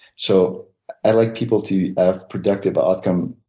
so i like people to have productive ah outcomes.